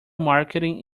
marketing